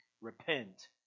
repent